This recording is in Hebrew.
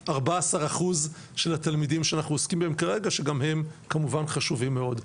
14% של התלמידים שאנחנו עוסקים בהם כרגע שגם הם כמובן חשובים מאוד.